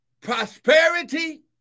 Prosperity